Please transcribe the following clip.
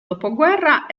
dopoguerra